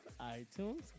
iTunes